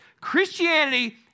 Christianity